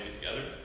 together